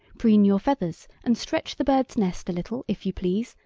preen your feathers, and stretch the birds' nest a little, if you please,